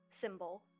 symbol